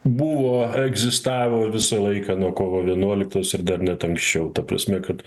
buvo egzistavo visą laiką nuo kovo vienuoliktos ir dar net anksčiau ta prasme kad